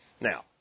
Now